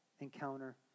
encounter